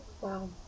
Wow